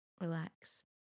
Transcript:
relax